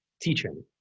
teaching